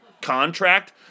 contract